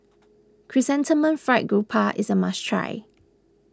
Chrysanthemum Fried Grouper is a must try